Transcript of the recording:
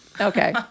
Okay